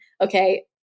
Okay